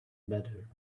better